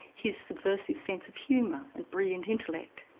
his subversive sense of humour, and brilliant intellect.